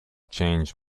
change